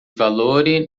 valori